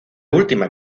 última